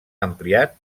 ampliat